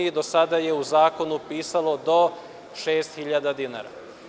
Do sada je u zakonu pisalo do 6.000 dinara.